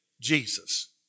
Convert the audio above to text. Jesus